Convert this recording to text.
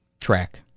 track